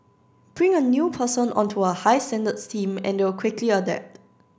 bring a new person onto a high standards team and they'll quickly adapt